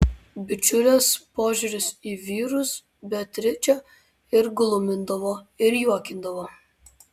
bičiulės požiūris į vyrus beatričę ir glumindavo ir juokindavo